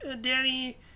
Danny